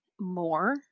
more